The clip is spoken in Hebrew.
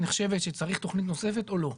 נחשבת שצריך תכנית נוספת או לא?